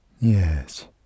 Yes